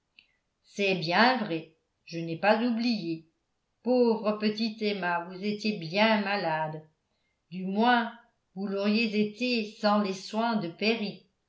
c'est bien vrai je n'ai pas oublié pauvre petite emma vous étiez bien malade du moins vous l'auriez été sans les soins de perry